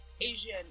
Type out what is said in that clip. Asian